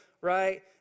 right